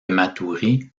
matoury